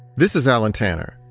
this is alan tanner,